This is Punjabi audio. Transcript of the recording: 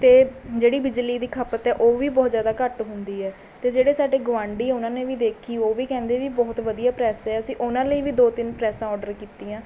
ਅਤੇ ਜਿਹੜੀ ਬਿਜਲੀ ਦੀ ਖੱਪਤ ਹੈ ਉਹ ਵੀ ਬਹੁਤ ਜਿਆਦਾ ਘੱਟ ਹੁੰਦੀ ਹੈ ਅਤੇ ਜਿਹੜੇ ਸਾਡੇ ਗੁਆਂਢੀ ਉਹਨਾਂ ਨੇ ਵੀ ਦੇਖੀ ਉਹ ਵੀ ਕਹਿੰਦੇ ਵੀ ਬਹੁਤ ਵਧੀਆ ਪ੍ਰੈੱਸ ਹੈ ਅਸੀਂ ਉਹਨਾਂ ਲਈ ਵੀ ਦੋ ਤਿੰਨ ਪ੍ਰੈੱਸਾਂ ਔਡਰ ਕੀਤੀਆਂ